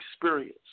experience